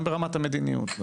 גם ברמת המדיניות.